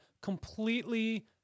completely